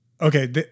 Okay